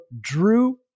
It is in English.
drew